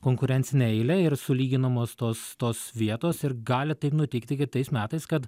konkurencinę eilę ir sulyginamos tos tos vietos ir gali taip nutikti kitais metais kad